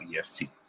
EST